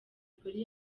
polly